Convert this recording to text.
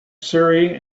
surrey